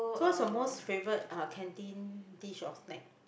so what's your most favorite uh canteen dish or snack